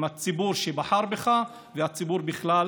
את הציבור שבחר בך והציבור בכלל,